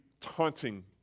taunting